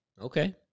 Okay